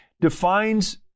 defines